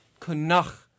Kunach